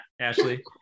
Ashley